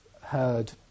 heard